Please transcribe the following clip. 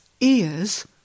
ears